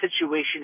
situation